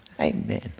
Amen